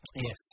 Yes